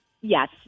yes